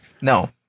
no